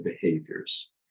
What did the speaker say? behaviors